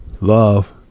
love